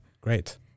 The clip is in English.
Great